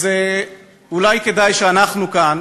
אז אולי כדאי שאנחנו כאן